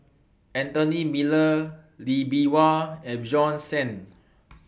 Anthony Miller Lee Bee Wah and Bjorn Shen